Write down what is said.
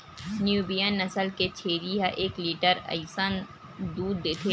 Nubian नसल के छेरी ह एक लीटर असन दूद देथे